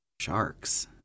sharks